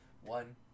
one